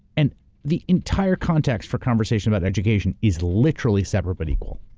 and the entire context for conversation about education is literally separate but equal.